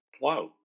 Wow